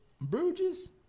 Bruges